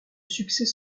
succès